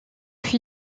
fil